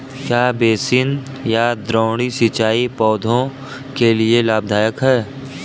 क्या बेसिन या द्रोणी सिंचाई पौधों के लिए लाभदायक है?